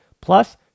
Plus